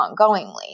ongoingly